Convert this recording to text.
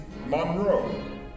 Monroe